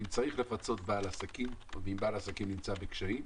אם צריך לפצות בעלי עסקים או אם בעל עסקים נמצא בקשיים,